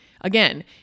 again